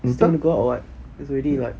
you want go out or what it's already like